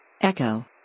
Echo